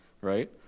Right